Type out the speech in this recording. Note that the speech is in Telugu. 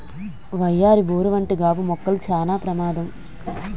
వయ్యారి బోరు వంటి గాబు మొక్కలు చానా ప్రమాదం